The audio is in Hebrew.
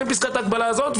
ואת פסקת ההגבלה הזאת,